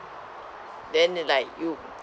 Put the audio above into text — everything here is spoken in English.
then like you